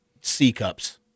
C-cups